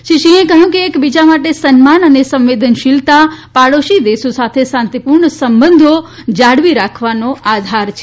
શ્રી સીંહે કહ્યું કે એકબીજા માટે સન્માન અને સંવેદનશીલતા પાડોશી દેશો સાથે શાંતીપુર્ણ સંબંધો મેળવી રાખવાનો આધાર છે